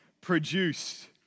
produced